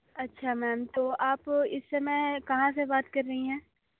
अच्छा मेम तो आप इस समय कहाँ से बात कर रही हैं